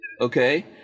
Okay